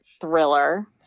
thriller